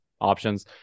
options